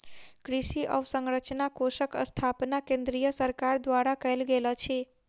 कृषि अवसंरचना कोषक स्थापना केंद्रीय सरकार द्वारा कयल गेल अछि